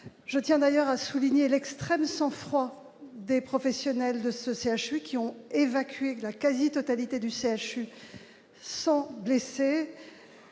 je tiens d'ailleurs à souligner l'extrême sang-froid des professionnels de ce CHU qui ont évacué que la quasi-totalité du CHU sans blessés